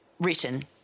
written